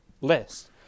list